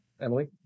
Emily